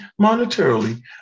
monetarily